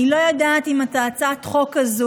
אני לא יודעת אם את הצעת החוק הזאת,